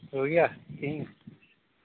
हो गया तीन